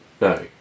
no